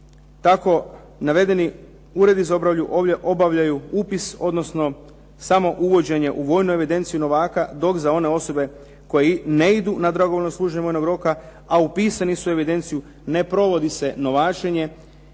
tako navedeni uredi za obranu obavljaju upis odnosno samo uvođenje u vojnu evidenciju novaka, dok za one osobe koji ne idu na dragovoljno služenje vojnog roka, a upisani su u evidenciju, ne provodi se novačenje